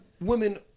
women